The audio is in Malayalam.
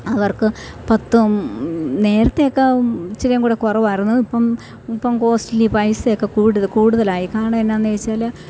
അവർക്ക് പത്ത് നേരത്തെ ഒക്കെ ഇച്ചിരെ കൂടെ കൂറവായിരുന്നു ഇപ്പം ഇപ്പം കോസ്റ്റ്ലി പൈസയൊക്കെ കൂടുതലായി കാരണം എന്താണെന്ന് ചോദിച്ചാൽ